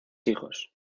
hijos